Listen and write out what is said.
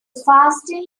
fasting